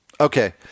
Okay